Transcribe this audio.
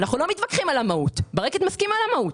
אנחנו לא מתווכחים על המהות, וברקת מסכים למהות.